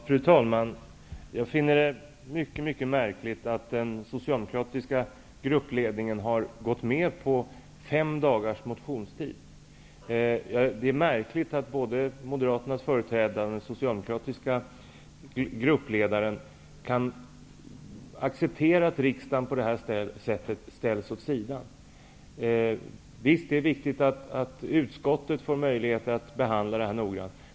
Fru talman! Jag finner det mycket märkligt att den socialdemokratiska gruppledningen har gått med på fem dagars motionstid. Det är märkligt att både Socialdemokraternas gruppledare kan acceptera att riksdagen på det här sättet ställs åt sidan. Visst är det viktigt att utskottet får möjlighet att behandla detta noggrant.